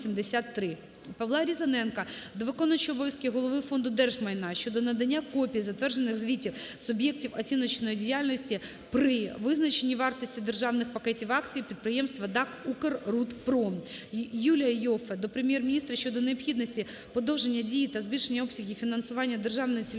Павла Різаненка до виконуючого обов'язки голови Фонду держмайна щодо надання копій затверджених звітів суб'єктів оціночної діяльності про визначення вартості державних пакетів акцій підприємств ДАК "Укррудпром". Юлія Іоффіе до Прем'єр-міністра щодо необхідності подовження дії та збільшення обсягів фінансування Державної цільової